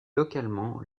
localement